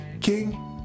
King